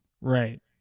Right